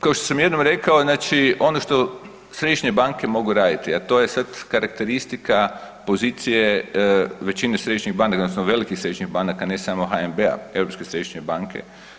Kao što sam jednom rekao, znači ono što središnje banke mogu raditi, a to je sad karakteristika pozicije većine središnjih banaka odnosno velikih središnjih banaka, ne samo HNB-a, Europske središnje banke.